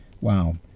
wow